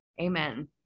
Amen